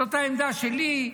זאת העמדה שלי,